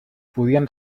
podien